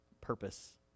purpose